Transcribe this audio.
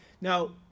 Now